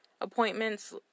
appointments